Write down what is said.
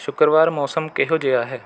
ਸ਼ੁੱਕਰਵਾਰ ਮੌਸਮ ਕਿਹੋ ਜਿਹਾ ਹੈ